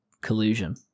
Collusion